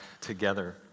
together